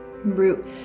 root